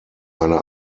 eine